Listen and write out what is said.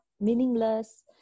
meaningless